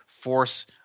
force